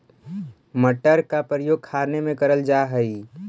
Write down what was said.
मटर का प्रयोग खाने में करल जा हई